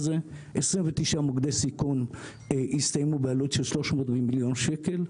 29 מוקדי סיכון הסתיימו בעלות של 3 מיליון שקל,